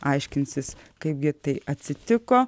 aiškinsis kaipgi tai atsitiko